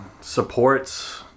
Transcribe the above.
supports